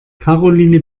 karoline